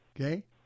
Okay